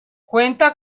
cuenta